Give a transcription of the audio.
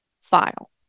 file